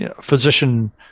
physician